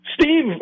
Steve